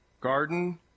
garden